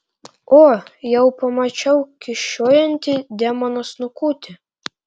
o jau pamačiau kyščiojantį demono snukutį